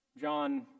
John